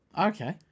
Okay